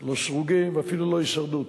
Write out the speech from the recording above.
לא "סרוגים" ואפילו לא "הישרדות".